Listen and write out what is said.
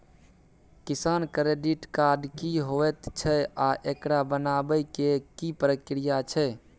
किसान credit card की होयत छै आ एकरा बनाबै के की प्रक्रिया छै?